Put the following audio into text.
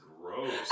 gross